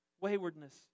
waywardness